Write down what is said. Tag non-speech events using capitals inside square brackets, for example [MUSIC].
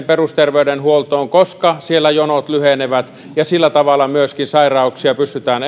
[UNINTELLIGIBLE] perusterveydenhuoltoon koska siellä jonot lyhenevät ja sillä tavalla myöskin sairauksia pystytään [UNINTELLIGIBLE]